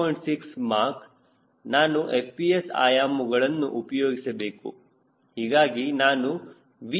6 ಮಾಕ್ ನಾನು FPS ಆಯಾಮಗಳನ್ನು ಉಪಯೋಗಿಸಬೇಕು ಹೀಗಾಗಿ ನಾನು V ಸರಿಸಮಾನವಾಗಿ 0